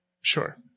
Sure